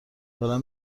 دارم